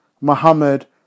Muhammad